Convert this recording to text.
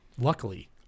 Luckily